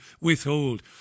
withhold